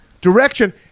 direction